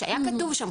שהיה כתוב שם,